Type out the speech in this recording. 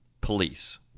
police